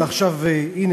והנה,